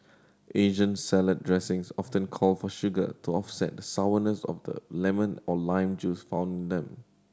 Asian salad dressings often call for sugar to offset the sourness of the lemon or lime juice found them